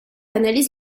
analyse